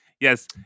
Yes